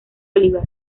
oliver